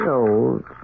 old